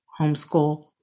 Homeschool